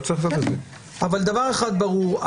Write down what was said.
דבר אחד ברור.